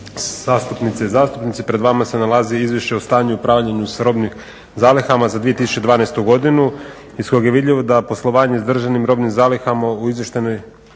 zastupnice i zastupnici, pred vama se nalazi izvješće o stanju i upravljanju s robnim zalihama za 2012.godinu iz kojeg je vidljivo da poslovanje s državnim robnim zalihama u izvještajnoj